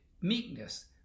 meekness